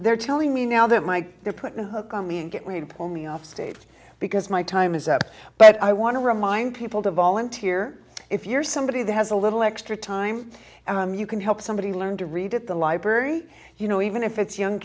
they're telling me now that mike they're putting a hook on me and get me to pull me off stage because my time is up but i want to remind people to volunteer if you're somebody that has a little extra time you can help somebody learn to read at the library you know even if it's young